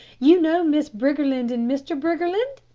you know miss briggerland and mr. briggerland?